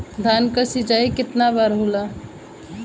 धान क सिंचाई कितना बार होला?